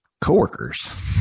coworkers